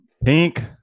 Pink